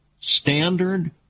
standard